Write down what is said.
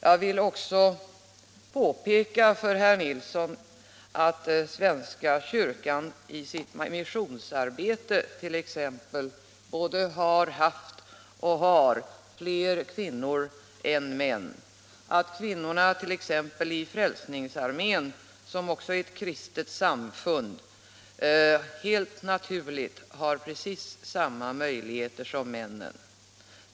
Jag vill också påpeka för herr Nilsson att svenska kyrkan t.ex. i sitt missionsarbete både har haft och har fler kvinnor än män och att kvin norna i Frälsningsarmén — som ju också är ett kristet samfund — helt naturligt har precis samma möjligheter som männen.